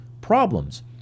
problems